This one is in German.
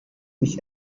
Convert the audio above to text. mich